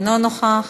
אינו נוכח.